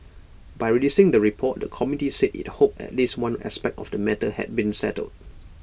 by releasing the report the committee said IT hoped at least one aspect of the matter had been settled